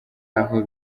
aho